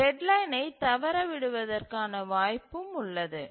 டெட்லைனை தவற விடுவதற்கான வாய்ப்பும் உள்ளது